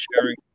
sharing